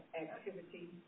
activity